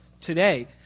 today